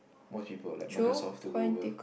most people like Microsoft to go over